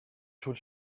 soort